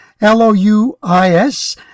L-O-U-I-S